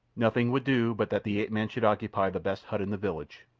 nothing would do but that the ape-man should occupy the best hut in the village,